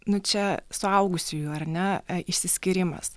nu čia suaugusiųjų ar ne išsiskyrimas